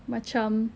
macam